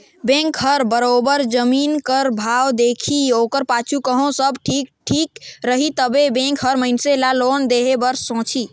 bank हर बरोबेर जमीन कर भाव देखही ओकर पाछू कहों सब ठीक ठाक रही तबे बेंक हर मइनसे ल लोन देहे बर सोंचही